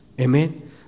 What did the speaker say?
Amen